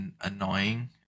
annoying